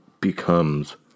becomes